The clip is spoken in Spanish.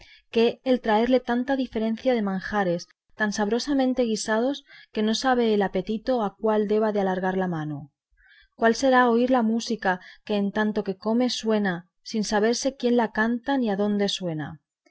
qué el traerle tanta diferencia de manjares tan sabrosamente guisados que no sabe el apetito a cuál deba de alargar la mano cuál será oír la música que en tanto que come suena sin saberse quién la canta ni adónde suena